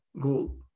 goal